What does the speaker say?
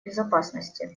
безопасности